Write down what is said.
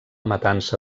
matança